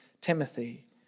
Timothy